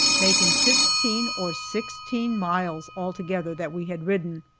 making fifteen or sixteen miles altogether that we had ridden.